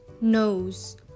Nose